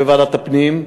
בוועדת הפנים,